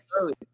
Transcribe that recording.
Early